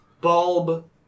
bulb